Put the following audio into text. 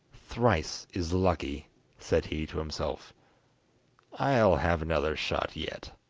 thrice is lucky said he to himself i'll have another shot yet